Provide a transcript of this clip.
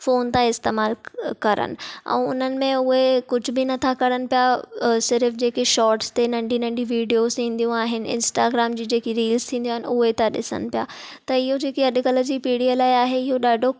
phone था इस्तेमालु करनि ऐं उन्हनि में उहे कुझु बि नथां कनि पिया सिर्फ़ु जेकी शॉर्टस ते नंढी नंढी विडियोज़ ईंदियूं आहिनि इन्स्टाग्राम जी जेकी रील्स थीन्दियूं आहिनि उहे था ॾिसनि पिया त इहो जेकी अॼुकल्ह जी पीढ़ीअ लाइ आहे इहो ॾाढो